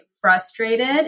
frustrated